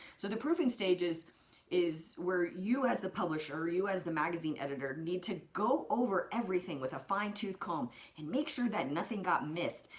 so the proofing stage is is where you as the publisher or you as the magazine editor need to go over everything with a fine-tooth comb and make sure that nothing got missed.